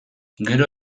gero